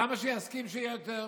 למה שיסכים שיהיו יותר?